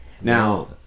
now